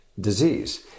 disease